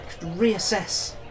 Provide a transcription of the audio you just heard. reassess